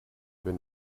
wenn